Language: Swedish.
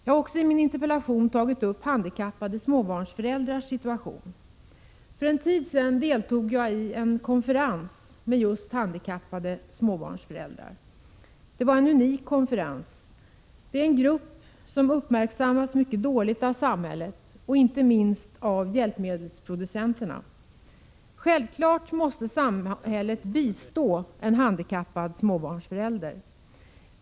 Jag har i min interpellation också tagit upp handikappade småbarnsföräldrars situation. För en tid sedan deltog jag i en konferens med just handikappade småbarnsföräldrar. Det var en unik konferens. Det är en grupp som uppmärksammas mycket dåligt av samhället och inte minst av hjälpmedelsproducenterna. Självfallet måste samhället bistå en handikappad småbarnsförälder.